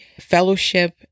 fellowship